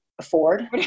afford